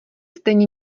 stejně